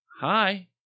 Hi